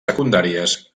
secundàries